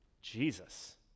Jesus